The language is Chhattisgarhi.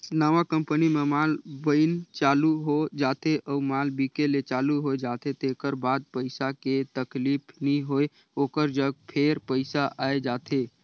नवा कंपनी म माल बइन चालू हो जाथे अउ माल बिके ले चालू होए जाथे तेकर बाद पइसा के तकलीफ नी होय ओकर जग फेर पइसा आए जाथे